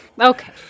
Okay